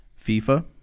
FIFA